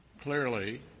Clearly